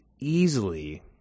easily